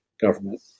government